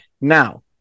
Now